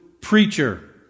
preacher